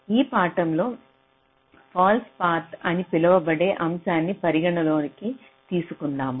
ఈ పాఠంలో false path అని పిలువబడే అంశాన్ని పరిగణలోకి తీసుకుందాం